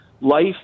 life